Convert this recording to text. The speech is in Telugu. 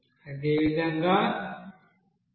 అదేవిధంగా m